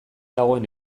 dagoen